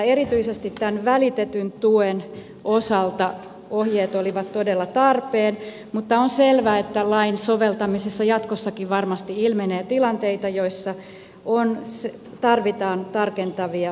erityisesti tämän välitetyn tuen osalta ohjeet olivat todella tarpeen mutta on selvä että lain soveltamisessa jatkossakin varmasti ilmenee tilanteita joissa tarvitaan tarkentavia ohjeita